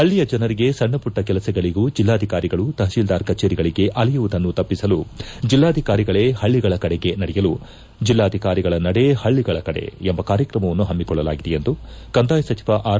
ಪಳ್ಳಯ ಜನರಿಗೆ ಸಣ್ಣ ಪುಟ್ಟ ಕೆಲಸಗಳಗೂ ಜಿಲ್ನಾಧಿಕಾರಿಗಳು ತಪಶೀಲ್ಗಾರ್ ಕಚೇರಿಗಳಿಗೆ ಆಲೆಯುವುದನ್ನು ತಪ್ಪಿಸಲು ಜಿಲ್ನಾಧಿಕಾರಿಗಳೇ ಪಳ್ಳಗಳ ಕಡೆ ಸಡೆಯಲು ಜಲ್ಲಾಧಿಕಾರಿಗಳ ನಡೆ ಪಳ್ಳಗಳ ಕಡೆ ಎಂಬ ಕಾರ್ಯಕ್ರಮವನ್ನು ಹಮ್ಮಿಕೊಳ್ಳಲಾಗಿದೆ ಎಂದು ಕಂದಾಯ ಸಚಿವ ಆರ್